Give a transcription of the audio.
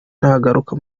nagaruka